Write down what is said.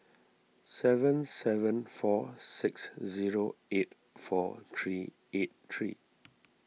seven seven four six zero eight four three eight three